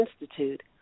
Institute